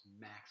max